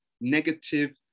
negative